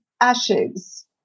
ashes